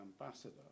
ambassador